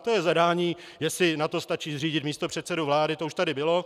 To je zadání, jestli na to stačí zřídit místopředsedu vlády, to už tady bylo.